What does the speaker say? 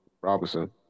Robinson